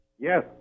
Yes